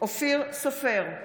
אופיר סופר,